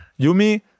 Yumi